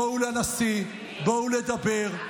בואו לנשיא, בואו לדבר.